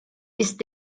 ist